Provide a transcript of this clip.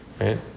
right